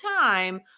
time